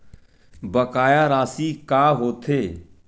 बकाया राशि का होथे?